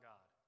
God